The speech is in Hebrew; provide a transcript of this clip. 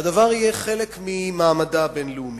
והדבר יהיה חלק ממעמדה הבין-לאומי.